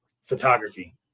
photography